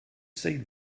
say